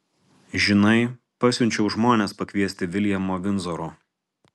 žinai pasiunčiau žmones pakviesti viljamo vindzoro